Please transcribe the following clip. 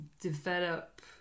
develop